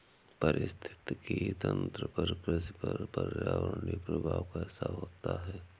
पारिस्थितिकी तंत्र पर कृषि का पर्यावरणीय प्रभाव कैसा होता है?